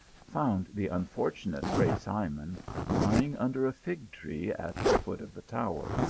found the unfortunate fray simon lying under a fig tree at the foot of the tower,